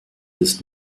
ist